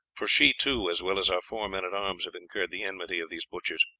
for she too, as well as our four men-at-arms, have incurred the enmity of these butchers.